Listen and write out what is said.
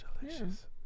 delicious